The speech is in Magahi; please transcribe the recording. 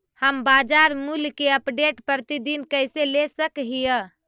हम बाजार मूल्य के अपडेट, प्रतिदिन कैसे ले सक हिय?